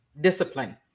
discipline